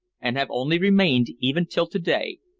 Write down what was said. and have only remained, even till to-day,